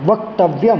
वक्तव्यं